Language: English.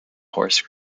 horse